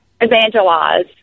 Evangelize